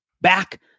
back